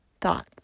thoughts